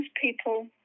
people